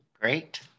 Great